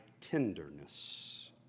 tenderness